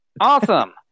Awesome